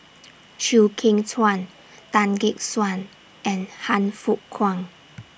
Chew Kheng Chuan Tan Gek Suan and Han Fook Kwang